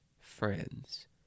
friends